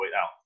out